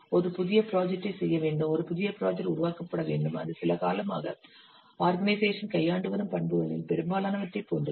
ஒரு புதிய ப்ராஜெக்டை செய்ய வேண்டும் ஒரு புதிய ப்ராஜெக்ட் உருவாக்கப்பட வேண்டும் அது சில காலமாக ஆர்கனைசேஷன் கையாண்டு வரும் பண்புகளில் பெரும்பாலானவற்றைப் போன்றது